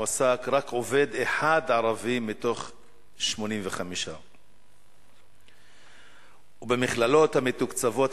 מועסק רק עובד אחד ערבי מתוך 85. במכללות המתוקצבות